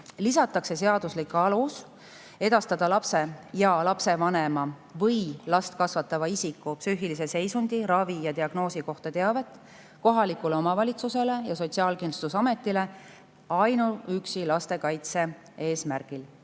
Lisatakse seaduslik alus edastada lapse ja lapse vanema või last kasvatava isiku psüühilise seisundi, ravi ja diagnoosi kohta teavet kohalikule omavalitsusele ja Sotsiaalkindlustusametile ainuüksi laste kaitse eesmärgil.